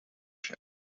się